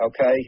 okay